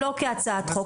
שלא כהצעת חוק,